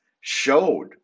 showed